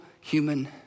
human